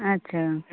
ᱟᱪᱪᱷᱟ ᱜᱚᱝᱠᱮ